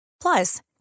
Plus